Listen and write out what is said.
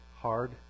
hard